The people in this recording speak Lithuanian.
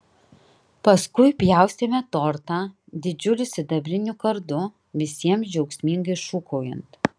paskui pjaustėme tortą didžiuliu sidabriniu kardu visiems džiaugsmingai šūkaujant